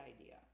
idea